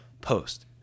post